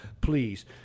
please